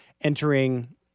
entering